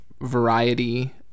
variety